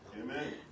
Amen